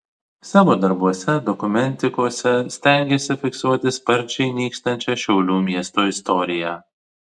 savo darbuose dokumentikose stengiasi fiksuoti sparčiai nykstančią šiaulių miesto istoriją